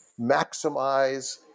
maximize